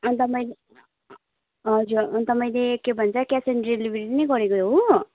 अन्त मैले हजुर अन्त मैले के भन्छ क्यास् अन डेलिभेरी नै गरेको हो